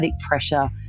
pressure